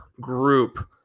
group